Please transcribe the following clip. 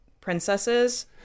princesses